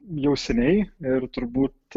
jau seniai ir turbūt